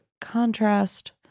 contrast